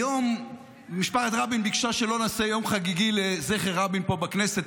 היום משפחת רבין ביקשה שלא נעשה יום חגיגי לזכר רבין פה בכנסת,